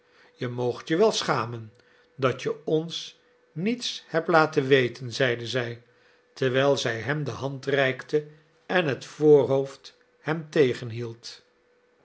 je moogt je wel schamen dat je ons niets hebt laten weten zeide zij terwijl zij hem de hand reikte en het voorhoofd hem